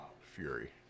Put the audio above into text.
Fury